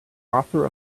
author